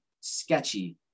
sketchy